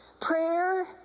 Prayer